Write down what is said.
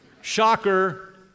shocker